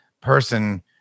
person